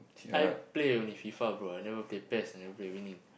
I play only Fifa bro I never play Pes I never play